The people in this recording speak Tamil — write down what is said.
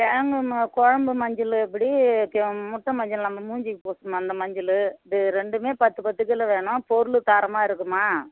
வேணும்மா குழம்பு மஞ்சள் எப்படி கெ முத்த மஞ்சள் நம்ம மூஞ்சிக்கு போட்டுப்போம் அந்த மஞ்சள் இது ரெண்டும் பத்து பத்து கிலோ வேணும் பொருள் தரமாக இருக்கும்மா